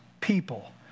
people